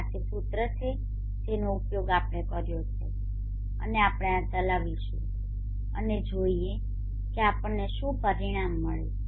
આતે સૂત્રો છે જેનો આપણે ઉપયોગ કર્યો છે અને આપણે આ ચલાવીશું અને જોઈએકે આપણનેશુંપરિણામ મળે છે